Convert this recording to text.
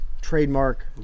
trademark